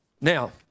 Now